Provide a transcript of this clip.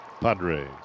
Padres